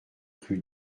rue